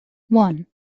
one